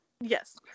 Yes